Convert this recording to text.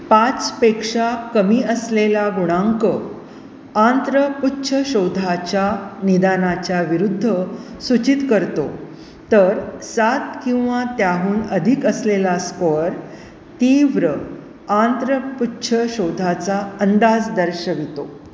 पाचपेक्षा कमी असलेला गुणांक आंत्रपुच्छशोथाच्या निदानाच्याविरुद्ध सूचित करतो तर सात किंवा त्याहून अधिक असलेला स्कोअर तीव्र आंत्रपुच्छशोथाचा अंदाज दर्शवितो